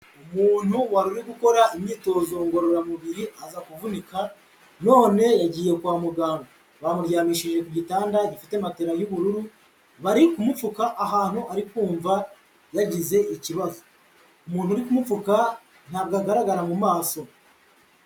Umuntu wari uri gukora imyitozo ngororamubiri aza kuvunika none yagiye kwa muganga, bamuryamishije ku gitanda gifite matera yubururu, bari kumupfuka ahantu ari kumva yagize ikibazo, umuntu uri kumupfuka ntabwo agaragara mu maso.